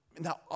Now